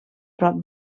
prop